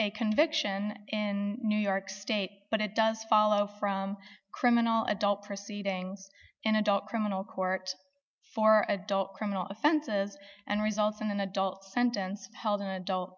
a conviction in new york state but it does follow from criminal adult proceedings in adult criminal court for adult criminal offenses and results in an adult sentence held in adult